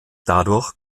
dadurch